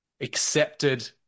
accepted